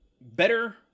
Better